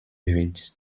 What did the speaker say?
wird